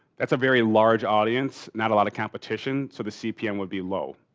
that's a very large audience. not a lot of competition. so the cpm would be low.